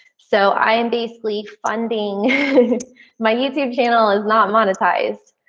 so i am basically funding my youtube channel is not monetized.